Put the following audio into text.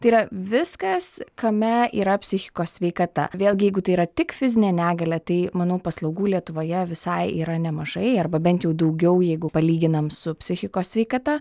tai yra viskas kame yra psichikos sveikata vėlgi jeigu tai yra tik fizinė negalia tai manau paslaugų lietuvoje visai yra nemažai arba bent jau daugiau jeigu palyginam su psichikos sveikata